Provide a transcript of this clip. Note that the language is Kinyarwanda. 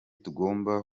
tugomba